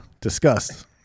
discussed